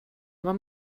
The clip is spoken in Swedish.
vad